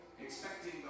expecting